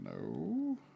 No